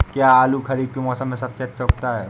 क्या आलू खरीफ के मौसम में सबसे अच्छा उगता है?